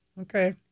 Okay